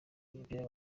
w’umupira